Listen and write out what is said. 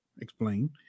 explain